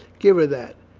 give her that,